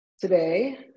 today